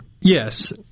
Yes